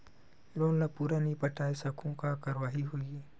Loan ला पूरा नई पटा सकहुं का कारवाही होही?